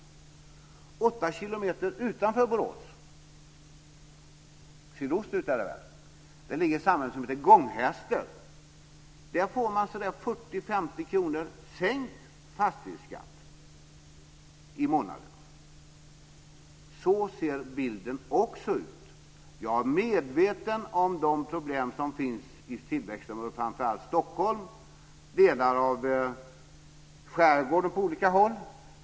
Åtta kilometer utanför Borås - åt sydost är det väl - ligger ett samhälle som heter Gånghester. Där får man 40-50 kr sänkt fastighetsskatt i månaden. Så ser bilden också ut. Jag är medveten om de problem som finns i tillväxtområdena, framför allt i Stockholm, och i delar av skärgården på olika håll.